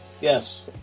Yes